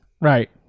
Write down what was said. right